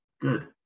Good